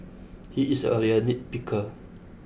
he is a real nitpicker